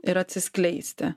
ir atsiskleisti